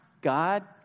God